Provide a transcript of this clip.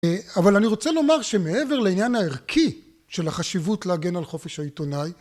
אבל אני רוצה לומר שמעבר לעניין הערכי של החשיבות להגן על חופש העיתונאי